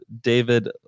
David